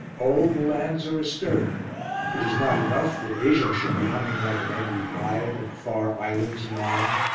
all the lands are astir. it is not enough that asia should be humming like an angry hive and the far islands in arms,